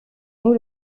nous